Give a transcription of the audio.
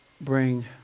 bring